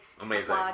Amazing